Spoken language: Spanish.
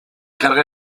carga